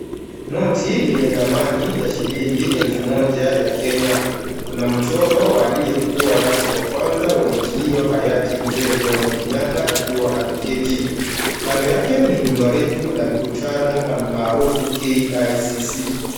Noti yenye dhamani ya shilingi elfu moja ya Kenya. Kuna mchoro wa aliyekuwa rais wa kwanza wa nchi hiyo, hayati Mzee Jomo Kenyatta akiwa ameketi. Kando yake, ni jumba refu la mikutano, almaarufu KICC.